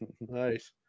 Nice